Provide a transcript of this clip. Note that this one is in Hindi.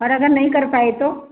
और अगर नहीं कर पाए तो